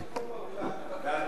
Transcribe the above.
אתה צודק,